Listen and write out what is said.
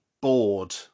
bored